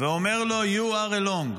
ואומר לו: You are alone,